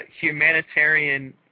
humanitarian